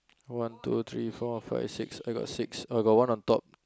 one two three four five six I got six I got one on top